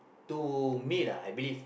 to me lah I believe